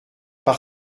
par